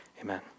amen